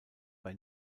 bei